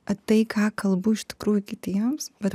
tai ką kalbu iš tikrųjų kitiems bet